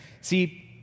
See